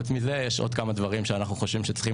חוץ מזה יש דברים שאנחנו חושבים שצריכים